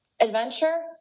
adventure